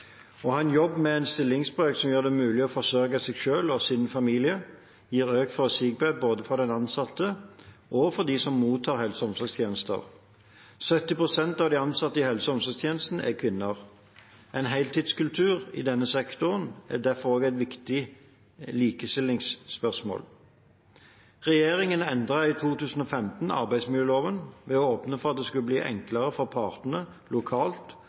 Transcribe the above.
med en stillingsbrøk som gjør det mulig å forsørge seg selv og sin familie, gir økt forutsigbarhet både for den ansatte og for dem som mottar helse- og omsorgstjenester. 70 pst. av de ansatte i helse- og omsorgssektoren er kvinner. En heltidskultur i denne sektoren er derfor også et viktig likestillingsspørsmål. Regjeringen endret i 2015 arbeidsmiljøloven ved å åpne for at det skulle bli enklere for partene lokalt